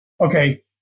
Okay